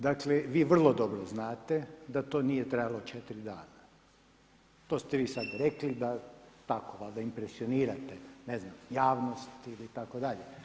Dakle vi vrlo dobro znate da to nije trajalo četiri dana, to ste vi sada rekli da tako valjda impresionirate ne znam javnost itd.